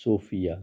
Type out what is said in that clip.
sofia